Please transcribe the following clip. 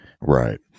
Right